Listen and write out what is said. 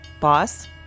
Boss